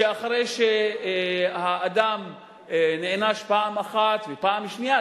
אחרי שהאדם נענש פעם אחת ופעם שנייה,